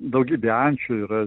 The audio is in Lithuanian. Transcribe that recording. daugybė ančių yra